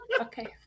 Okay